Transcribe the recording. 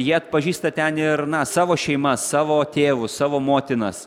jie atpažįsta ten ir na savo šeimas savo tėvus savo motinas